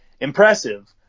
impressive